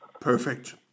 Perfect